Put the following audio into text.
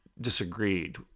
disagreed